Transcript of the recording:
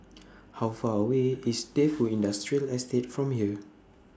How Far away IS Defu Industrial Estate from here